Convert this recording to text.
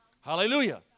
Hallelujah